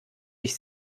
ich